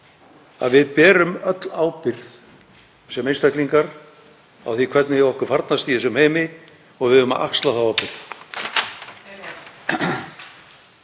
að við berum öll ábyrgð sem einstaklingar á því hvernig fólki farnast í þessum heimi og við eigum að axla þá ábyrgð.